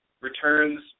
returns